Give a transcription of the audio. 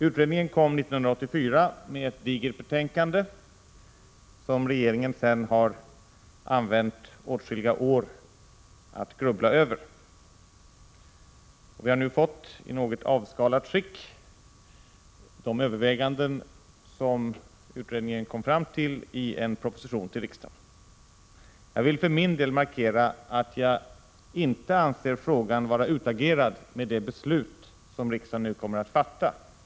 Utredningen kom 1984 med ett digert betänkande, som regeringen sedan har använt åtskilliga år att grubbla över. Vi har nu fått, i något avskalat skick, de överväganden som utredningen kom fram till i en proposition till riksdagen. Jag vill för min del markera att jag inte anser frågan vara utagerad med det beslut som riksdagen nu kommer att fatta.